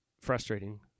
frustrating